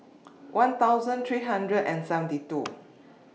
one thousand three hundred and seventy two